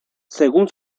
según